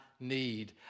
need